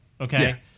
okay